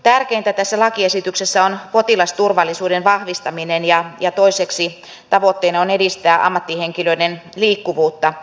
tärkeintä tässä lakiesityksessä on potilasturvallisuuden vahvistaminen ja toiseksi tavoitteena on edistää ammattihenkilöiden liikkuvuutta